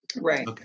Right